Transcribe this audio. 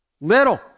Little